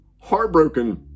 heartbroken